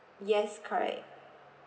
yes correct